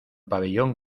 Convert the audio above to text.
pabellón